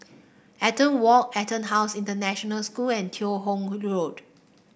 Eaton Walk EtonHouse International School and Teo Hong Road